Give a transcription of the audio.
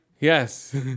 Yes